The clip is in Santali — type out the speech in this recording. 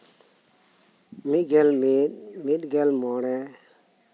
ᱢᱤᱫ ᱜᱮᱞ ᱢᱤᱫ ᱢᱤᱫ ᱜᱮᱞ ᱢᱚᱬᱮ